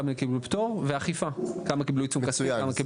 כמה קיבלו פטור וכמה קיבלו ייצוג באכיפה.